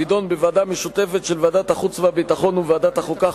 תידון בוועדה משותפת של ועדת החוץ והביטחון וועדת החוקה,